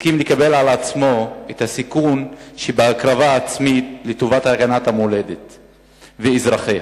הסכים לקבל על עצמו את הסיכון שבהקרבה עצמית לטובת הגנת המולדת ואזרחיה.